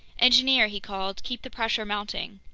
engineer, he called, keep the pressure mounting!